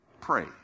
Pray